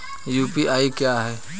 UPI क्या है?